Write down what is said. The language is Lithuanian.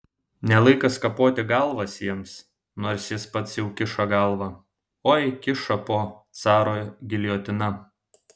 ne laikas kapoti galvas jiems nors jis pats jau kiša galvą oi kiša po caro giljotina